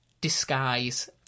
disguise